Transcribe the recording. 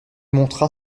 montra